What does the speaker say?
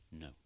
No